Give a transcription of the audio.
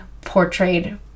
portrayed